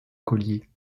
collier